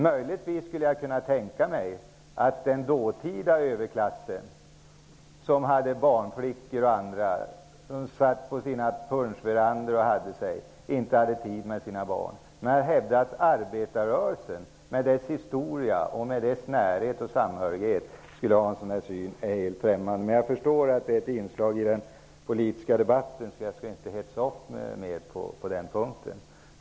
Möjligtvis kan jag tänka mig att den dåtida överklassen som hade tillgång till barnflickor och som satt på sina punschverandor osv. inte hade tid med sina barn. Men att hävda att arbetarrörelsen med sin historia, närhet och samhörighet skulle ha en sådan syn är mig helt främmande. Men jag förstår att detta är ett inslag i den politiska debatten, och jag skall inte hetsa upp mig på den punkten.